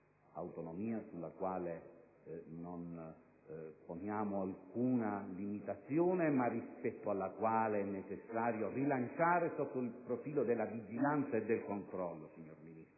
A quest'ultima non poniamo alcuna limitazione, ma rispetto ad essa è necessario rilanciare sotto il profilo della vigilanza e del controllo, signor Ministro,